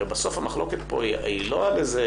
הרי בסוף המחלוקת פה היא לא על איזה